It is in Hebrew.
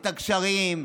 את הגשרים,